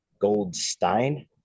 goldstein